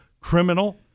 criminal